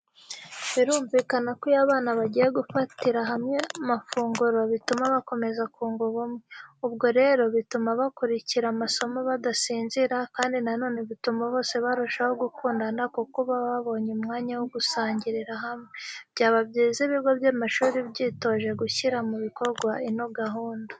Birumvikana ko iyo abana bagiye bafatira hamwe amafunguro, bituma bakomeza kunga ubumwe. Ubwo rero bituma bakurikira amasomo badasinzira kandi nanone bituma bose barushaho gukundana kuko baba babonye umwanya wo gusangirira hamwe. Byaba byiza ibigo by'amashuri byitoje gushyira mu ibikorwa ino gahunda.